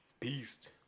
beast